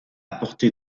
portée